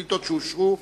שאילתות שאושרו